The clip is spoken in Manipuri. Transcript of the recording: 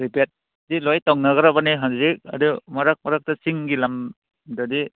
ꯄ꯭ꯔꯤꯄꯦꯗꯇꯤ ꯂꯣꯏ ꯇꯧꯅꯒ꯭ꯔꯕꯅꯤ ꯍꯧꯖꯤꯛ ꯑꯗꯨ ꯃꯔꯛ ꯃꯔꯛꯇ ꯆꯤꯡꯒꯤ ꯂꯝꯗꯗꯤ